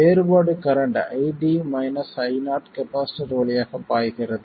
வேறுபாடு current ID Io capacitor வழியாக பாய்கிறது